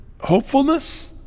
hopefulness